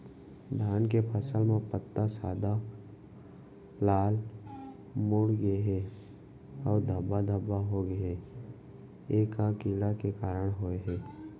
धान के फसल म पत्ता सादा, लाल, मुड़ गे हे अऊ धब्बा धब्बा होगे हे, ए का कीड़ा के कारण होय हे?